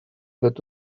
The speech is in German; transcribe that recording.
wird